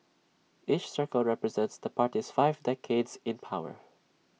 each circle represents the party's five decades in power